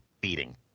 beating